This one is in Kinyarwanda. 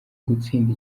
gutsinda